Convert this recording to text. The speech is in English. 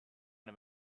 him